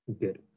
Good